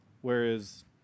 Whereas